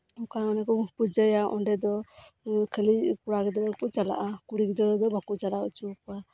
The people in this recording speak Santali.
ᱚᱝᱠᱟ ᱚᱸᱰᱮ ᱠᱚ ᱯᱩᱡᱟᱹᱭᱟ ᱚᱸᱰᱮ ᱫᱚ ᱠᱷᱟᱞᱤ ᱠᱚᱲᱟ ᱜᱤᱫᱽᱨᱟᱹ ᱠᱚ ᱪᱟᱞᱟᱜᱼᱟ ᱠᱩᱲᱤ ᱜᱤᱫᱽᱨᱟᱹ ᱫᱚ ᱵᱟᱠᱚ ᱪᱟᱞᱟᱣ ᱦᱚᱪᱚ ᱟᱠᱚᱣᱟ